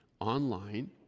online